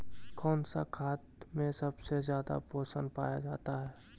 कौन सा खाद मे सबसे ज्यादा पोषण पाया जाता है?